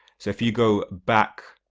so if you go back